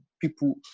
people